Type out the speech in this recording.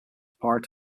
part